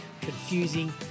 confusing